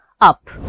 up